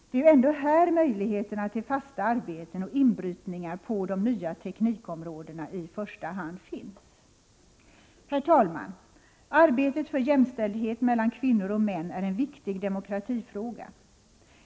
Det är ju ändå här möjligheterna till fasta å s E : z Tisdagen den arbeten och inbrytningar på de nya teknikområdena i första hand finns. 28 maj 1985 Herr talman! Arbetet för jämställdhet mellan kvinnor och män är en viktig demokratifråga.